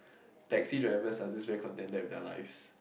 taxi driver are just very contented with their lives